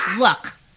Look